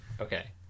Okay